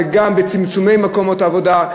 וגם בצמצומי מקומות העבודה.